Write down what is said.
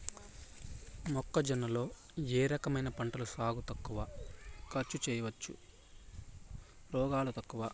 మొక్కజొన్న లో ఏ రకమైన పంటల సాగు తక్కువ ఖర్చుతో చేయచ్చు, రోగాలు తక్కువ?